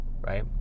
right